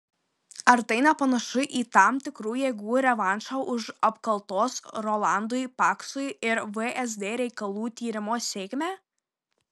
ar tai nepanašu į tam tikrų jėgų revanšą už apkaltos rolandui paksui ir vsd reikalų tyrimo sėkmę